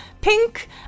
pink